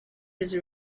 his